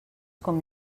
com